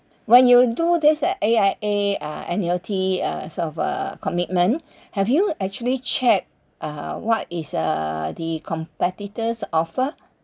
when you do this at A_I_A uh annuity uh sort of uh commitment have you actually check uh what is uh the competitors' offer